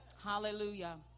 Hallelujah